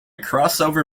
crossover